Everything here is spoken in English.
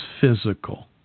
physical